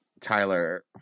Tyler